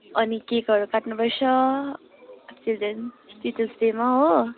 अनि केकहरू काट्नुपर्छ चिल्ड्रेन टिचर्स डेमा हो